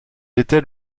était